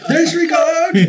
Disregard